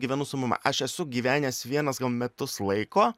gyvenu su mama aš esu gyvenęs vienas gal metus laiko